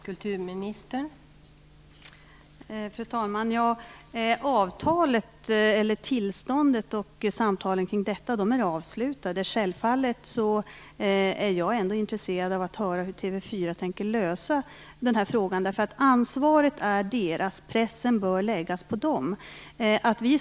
Fru talman! Samtalen om tillståndet är avslutade. Självfallet är jag ändå intresserad av att höra hur TV 4 tänker lösa den här frågan. Ansvaret ligger på TV 4, och pressen bör läggas på det företaget.